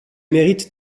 mérite